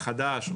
החדש,